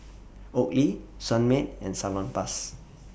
Oakley Sunmaid and Salonpas